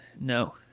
No